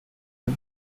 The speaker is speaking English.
him